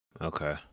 Okay